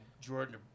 Jordan